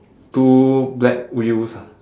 two black wheels ah